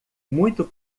muito